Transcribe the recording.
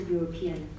European